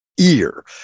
ear